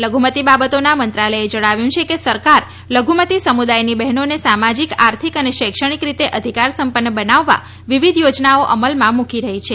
લઘુમતિ બાબતોના મંત્રાલયે જણાવ્યું છે કે સરકાર લઘુમતી સમુદાયની બેહનોને સામાજીક આર્થિક અને શૈક્ષણિક રીતે અધિકાર સંપન્ન બનાવવા વિવિધ યોજનાઓ અમલમાં મૂકી રહી છે